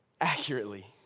accurately